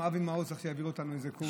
אבי מעוז יעביר אותנו איזשהו קורס.